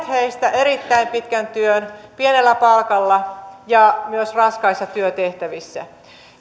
heistä erittäin pitkän työn pienellä palkalla ja myös raskaissa työtehtävissä